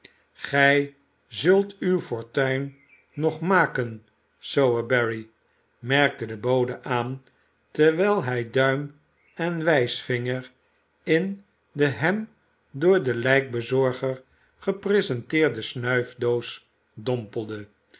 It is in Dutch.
gij zult uw fortuin nog maken sowerberry merkte de bode aan terwijl hij duim en wijsvinger in de hem door den lijkbezorger gepresenteerde snuifdoos dompelde